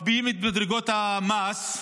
מקפיאים את מדרגות המס.